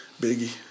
Biggie